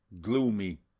gloomy